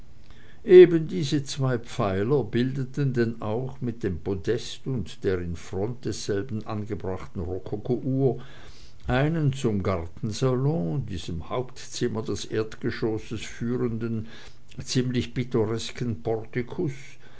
eben diese zwei pfeiler bildeten denn auch mit dem podest und der in front desselben angebrachten rokokouhr einen zum gartensalon diesem hauptzimmer des erdgeschosses führenden ziemlich pittoresken